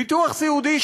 ביטוח סיעודי,